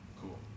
cool